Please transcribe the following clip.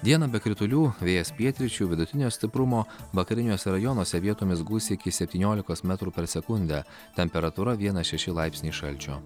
dieną be kritulių vėjas pietryčių vidutinio stiprumo vakariniuose rajonuose vietomis gūsiai iki septyniolikos metrų per sekundę temperatūra vienas šeši laipsniai šalčio